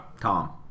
Tom